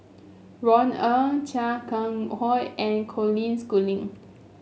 Ron Ong Chia Keng Hock and Colin Schooling